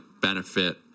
benefit